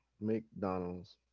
McDonald's